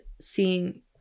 seeing